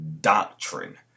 doctrine